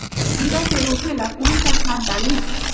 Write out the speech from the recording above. कीड़ा के रोक ला कौन सा खाद्य डाली?